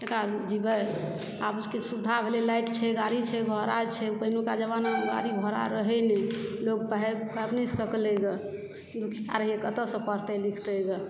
बेकार जीबै आब किछु सुविधा भेलै लाइट छै गाड़ी छै घोड़ा छै पहिलुका जमानामे गाड़ी घोड़ा रहै नहि लोक पैढ़ नहि सकलै ग दुखिया रहै कतय सॅं पढ़तै लिखतै ग